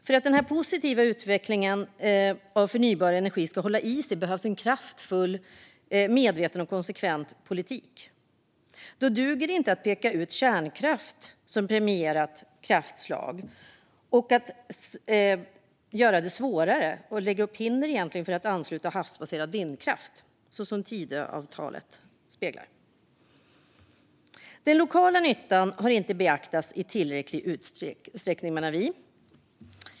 För att denna positiva utveckling vad gäller utvecklingen av förnybar energi ska hålla i sig behövs en kraftfull, medveten och konsekvent politik. Då duger det inte att peka ut kärnkraft som premierat kraftslag och att göra det svårare och sätta upp hinder för att ansluta havsbaserad vindkraft så som det avspeglas i Tidöavtalet. Den lokala nyttan har inte beaktats i tillräcklig utsträckning, menar vi.